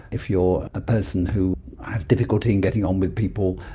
if you're a person who has difficulty in getting on with people,